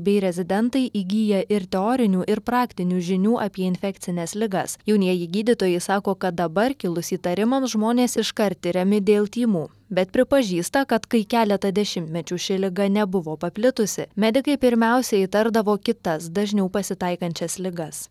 bei rezidentai įgyja ir teorinių ir praktinių žinių apie infekcines ligas jaunieji gydytojai sako kad dabar kilus įtarimams žmonės iškart tiriami dėl tymų bet pripažįsta kad kai keletą dešimtmečių ši liga nebuvo paplitusi medikai pirmiausia įtardavo kitas dažniau pasitaikančias ligas